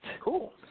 Cool